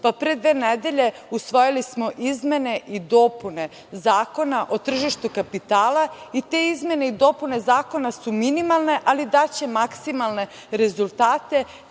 Pre dve nedelje usvojili smo izmene i dopune Zakona o tržištu kapitala i te izmene i dopune zakona su minimalne, ali daće maksimalne rezultate